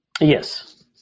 Yes